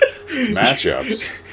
matchups